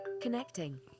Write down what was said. Connecting